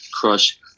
crush